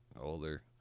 older